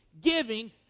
giving